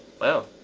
Wow